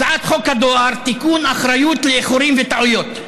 הצעת חוק הדואר (תיקון, אחריות לאיחורים וטעויות).